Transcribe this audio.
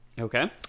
Okay